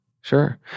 Sure